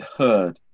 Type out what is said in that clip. heard